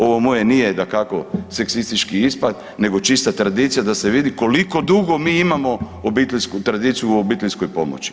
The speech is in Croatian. Ovo moje nije dakako seksistički ispad nego čista tradicija da se vidi koliko dugo mi imamo obiteljsku tradiciju u obiteljskoj pomoći.